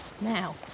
Now